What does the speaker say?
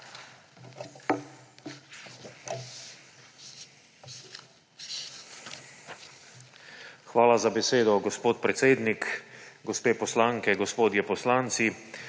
Hvala za besedo, gospod predsednik. Gospe poslanke, gospodje poslanci!